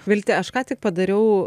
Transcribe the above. vilte aš ką tik padariau